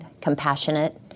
compassionate